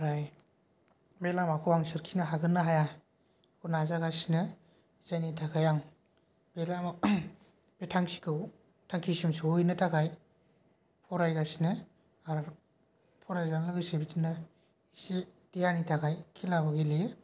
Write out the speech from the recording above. ओमफ्राय बे लामाखौ आं सोरखिनो हागोन ना हाया नाजागासिनो जायनि थाखाय आं बे लामा बे थांखिखौ थांखिसिम सहैनो थाखाय फरायगासिनो आरो फरायजानो लुगैसै बिदिनो एसे देहानि थाखाय खेलाबो गेलेयो